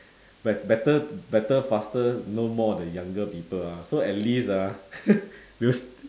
bet~ better better faster no more the younger people ah so at least ah because